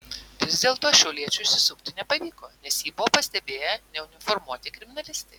vis dėlto šiauliečiui išsisukti nepavyko nes jį buvo pastebėję neuniformuoti kriminalistai